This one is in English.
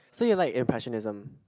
so you like impressionism